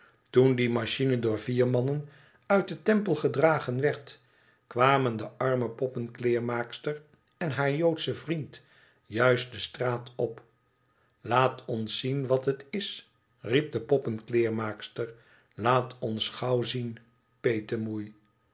toen die machine door vier mannen uit den temple gedragen werd kwamen de arme poppenkleermaakster en haar joodsche vriend juist de straat op laat ons zien wat het is riep de poppenkleermaakster laat ons gauw zien